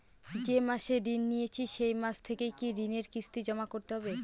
যে মাসে ঋণ নিয়েছি সেই মাস থেকেই কি ঋণের কিস্তি জমা করতে হবে?